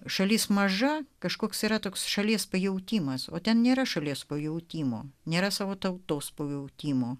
šalis maža kažkoks yra toks šalies pajautimas o ten nėra šalies pajautimo nėra savo tautos pajautimo